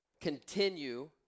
continue